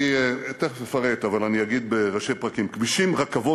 תכף אפרט, אבל אגיד בראשי פרקים: